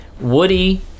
Woody